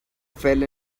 fell